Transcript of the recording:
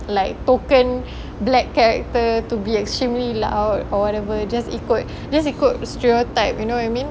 like black character to be extremely loud or whatever just ikut just ikut stereotype you know what I mean